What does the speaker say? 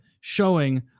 showing